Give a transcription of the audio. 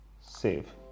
save